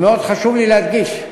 מאוד חשוב לי להדגיש,